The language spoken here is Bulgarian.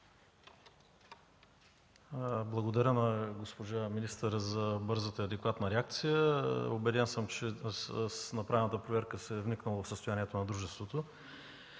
Благодаря на госпожа министъра за бързата и адекватна реакция. Убеден съм, че с направената проверка се е вникнало в състоянието на дружеството.